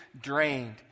drained